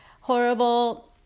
horrible